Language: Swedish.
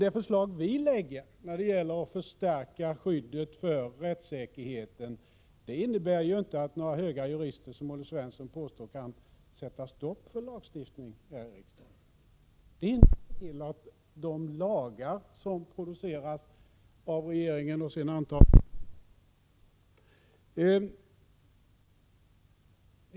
Vårt förslag om att förstärka skyddet för rättssäkerheten innebär ju inte att några höga jurister, som Olle Svensson påstår, kan sätta stopp för lagstiftning här i riksdagen. Det innebär bara att man får se till att de lagar som produceras av regeringen och sedan antas av riksdagen är sådana att de överensstämmer med grundlagen. Det borde vara en självklarhet.